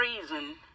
reason